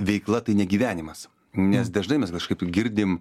veikla tai ne gyvenimas nes dažnai mes kažkaip girdim